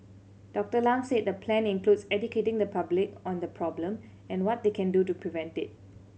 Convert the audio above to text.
Doctor Lam said the plan includes educating the public on the problem and what they can do to prevent it